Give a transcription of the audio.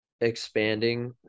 expanding